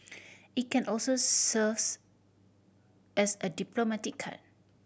it can also serves as a diplomatic card